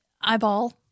Eyeball